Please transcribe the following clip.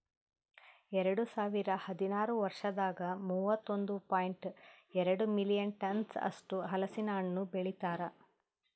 ಎರಡು ಸಾವಿರ ಹದಿನಾರು ವರ್ಷದಾಗ್ ಮೂವತ್ತೊಂದು ಪಾಯಿಂಟ್ ಎರಡ್ ಮಿಲಿಯನ್ ಟನ್ಸ್ ಅಷ್ಟು ಹಲಸಿನ ಹಣ್ಣು ಬೆಳಿತಾರ್